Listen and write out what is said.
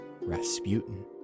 Rasputin